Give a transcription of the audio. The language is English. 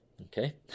Okay